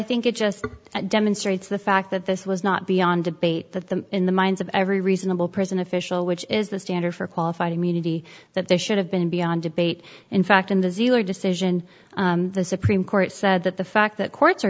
think it just demonstrates the fact that this was not beyond debate that the in the minds of every reasonable prison official which is the standard for qualified immunity that there should have been beyond debate in fact in the zeal or decision the supreme court said that the fact that courts are